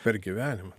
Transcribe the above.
per gyvenimą